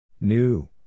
New